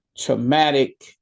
Traumatic